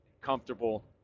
comfortable